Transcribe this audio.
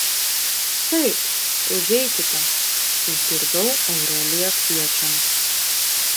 taip užeikite išgirdau aureliją kviečiant